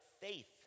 faith